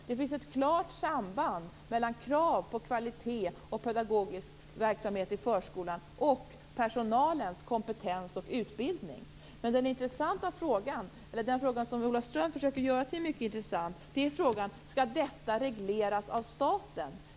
Det finns ett klart samband mellan krav på kvalitet och pedagogisk verksamhet i förskolan och personalens kompetens och utbildning. Men den fråga som Ola Ström försöker göra till en mycket intressant fråga är: Skall detta regleras av staten?